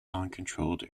uncontrolled